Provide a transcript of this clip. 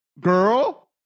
girl